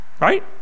Right